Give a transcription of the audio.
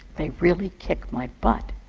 they really kick my butt!